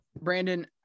Brandon